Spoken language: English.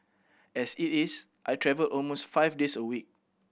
as it is I travel almost five days a week